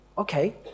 okay